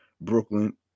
Brooklyn